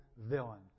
villain